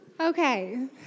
Okay